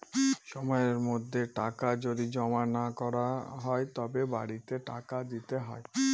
সময়ের মধ্যে টাকা যদি জমা না করা হয় তবে বাড়তি টাকা দিতে হয়